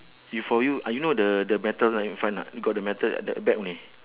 you for you I only know the the metal right in front ah got the metal at the back only